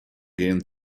gehen